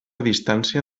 distància